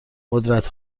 قدرت